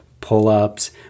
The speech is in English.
pull-ups